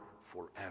forever